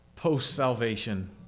post-salvation